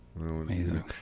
amazing